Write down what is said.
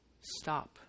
Stop